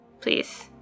please